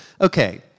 Okay